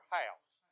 house